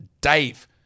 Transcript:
Dave